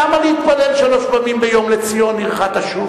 למה להתפלל שלוש פעמים ביום "לציון עירך תשוב"?